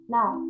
Now